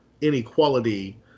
inequality